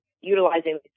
utilizing